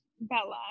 Bella